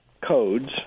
codes